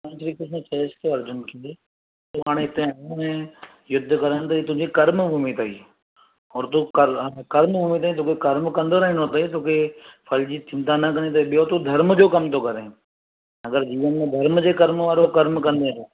श्रीकृष्ण चवेसि थो अर्जुन खे तूं हाणे हिते आयो आहीं युद्ध करण त ई तुंहिंजी कर्मभूमि अथई और तूं कर कर्मभूमि अथई तोखे कर्म कंदो रहिणो त ई तोखे फ़ल जी चिंता न करणी अथई ॿियो तूं धर्म जो कमु थो करे अगरि जीवन में धर्म जे कर्म वारो कर्म कंदे त